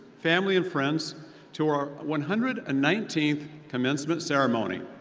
family and friends to our one hundred and nineteenth commencement ceremony.